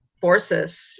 forces